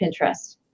Pinterest